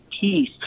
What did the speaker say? peace